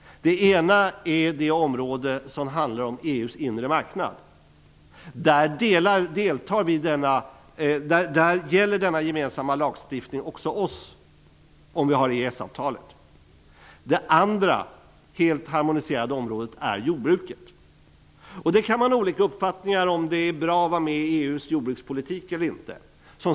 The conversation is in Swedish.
Det ena området är det som handlar om EU:s inre marknad. Där gäller den gemensamma lagstiftningen också oss i Sverige, vid ett EES-avtal. Det andra området är det helt harmoniserade jordbruket. Om det är bra att vara med i EU:s jordbrukspolitik eller inte kan man ha olika uppfattning om.